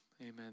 Amen